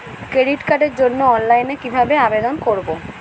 Credit কার্ডের জন্য অনলাইনে কিভাবে আবেদন করব?